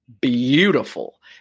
beautiful